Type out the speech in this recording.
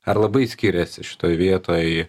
ar labai skiriasi šitoj vietoj